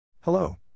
Hello